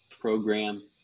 program